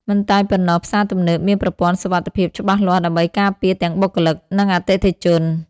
មិនតែប៉ុណ្ណោះ ផ្សារទំនើបមានប្រព័ន្ធសុវត្ថិភាពច្បាស់លាស់ដើម្បីការពារទាំងបុគ្គលិក និងអតិថិជន។